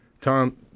Tom